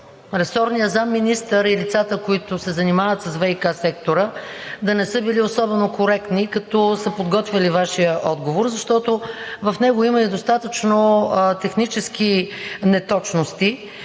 ресорният заместник-министър и лицата, които се занимават с ВиК сектора, да не са били особено коректни, като са подготвяли Вашия отговор, защото в него има достатъчно технически неточности,